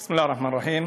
בסם אללה א-רחמאן א-רחים.